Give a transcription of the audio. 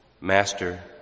Master